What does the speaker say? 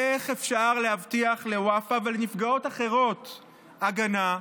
איך אפשר להבטיח לוופא ולנפגעות אחרות הגנה,